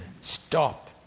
stop